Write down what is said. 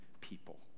people